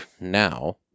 now